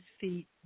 feet